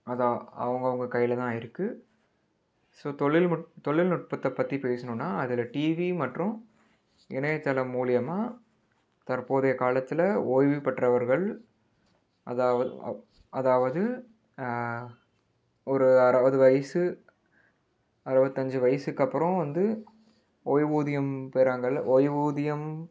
அதுதான் அவுங்கவங்க கையில் தான் இருக்குது ஸோ தொழில்நுட் தொழில்நுட்பத்தை பற்றி பேசுணுனால் அதில் டிவி மற்றும் இணையத்தள மூலயமா தற்போதைய காலத்தில் ஓய்வு பெற்றவர்கள் அதாவது அதாவது ஒரு அறுபது வயது அறுபத்தஞ்சி வயதுக்கு அப்புறம் வந்து ஓய்வூதியம் பெறாங்களில் ஓய்வூதியம்